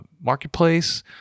Marketplace